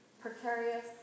precarious